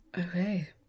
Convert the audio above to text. Okay